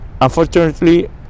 Unfortunately